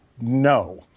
No